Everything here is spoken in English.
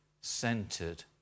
centered